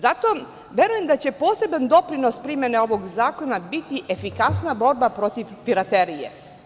Zato verujem da će poseban doprinos primene ovog zakona biti efikasna borba protiv piraterije.